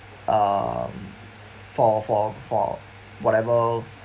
um for for for whatever